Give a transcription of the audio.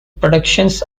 productions